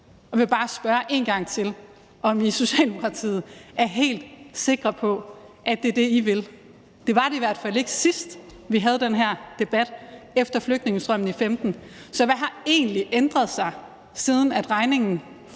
Jeg vil bare spørge en gang til, om I i Socialdemokratiet er helt sikre på, at det er det, I vil. Det var det i hvert fald ikke, da vi sidst havde den her debat, nemlig i forbindelse med flygtningestrømmen i 2015. Så hvad har egentlig ændret sig, siden regningen for at